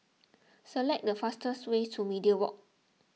select the fastest way to Media Walk